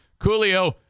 Coolio